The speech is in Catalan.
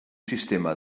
sistema